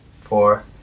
Four